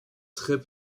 très